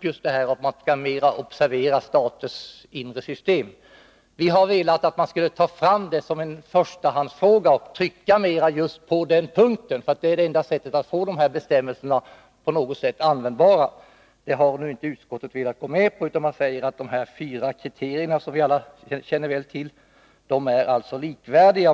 just detta att man skall observera staters inre system. Vi vill att man skall ta fram detta som en förstahandsfråga och trycka just på den punkten, för det är enda sättet att få bestämmelserna på området användbara. Det har utskottet inte velat gå med på, utan utskottet säger att de fyra kriterier som vi alla känner väl till är likvärdiga.